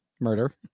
murder